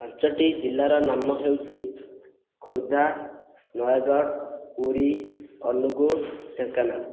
ପାଞ୍ଚଟି ଜିଲ୍ଲାର ନାମ ହେଉଚି ଖୋର୍ଦ୍ଧା ନୟାଗଡ଼ ପୁରୀ ଅନୁଗୁଳ ଢେଙ୍କାନାଳ